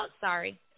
sorry